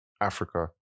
Africa